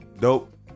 Dope